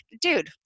dude